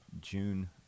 June